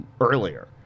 earlier